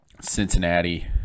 Cincinnati